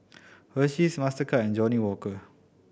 Hersheys Mastercard and Johnnie Walker